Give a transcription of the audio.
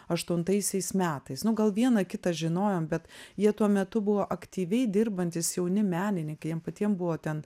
aštuntaisiais metais nu gal vieną kitą žinojom bet jie tuo metu buvo aktyviai dirbantys jauni menininkai jiem patiem buvo ten